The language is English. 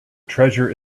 treasure